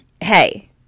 hey